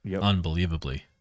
unbelievably